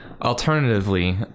alternatively